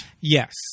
Yes